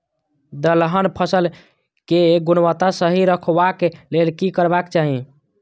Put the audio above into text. दलहन फसल केय गुणवत्ता सही रखवाक लेल की करबाक चाहि?